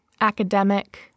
academic